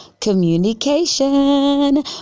communication